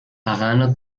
pagano